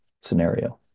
scenario